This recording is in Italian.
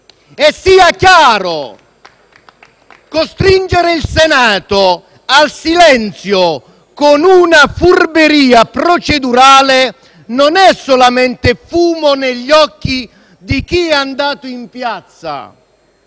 Sia chiaro: costringere il Senato al silenzio con una furberia procedurale non è solamente fumo negli occhi di chi è andato in piazza,